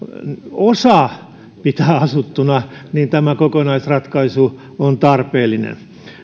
osa pitää asuttuna tämä kokonaisratkaisu on tarpeellinen